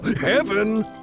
heaven